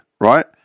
right